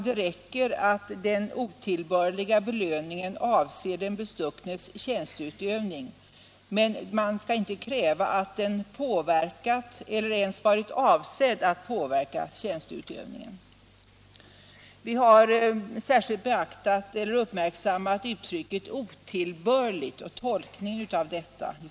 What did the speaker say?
Det räcker att den otillbörliga belöningen avser den bestucknes tjänsteutövning. Man skall inte kräva att den påverkat eller ens varit avsedd att påverka tjänsteutövningen. Vi har inom utskottet särskilt uppmärksammat uttrycket otillbörlig och tolkningen av detta.